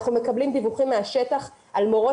אנחנו מקבלים דיווחים מהשטח על מורות